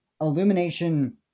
illumination